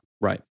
Right